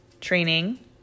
training